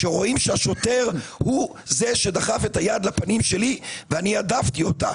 שרואים שהשוטר הוא זה שדחף את היד לפנים שלי ואני הדפתי אותה.